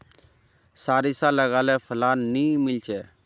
सारिसा लगाले फलान नि मीलचे?